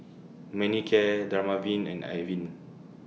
Manicare Dermaveen and Avene